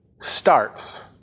starts